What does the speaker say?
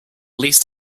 least